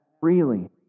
freely